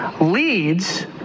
leads